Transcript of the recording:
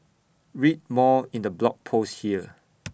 read more in the blog post here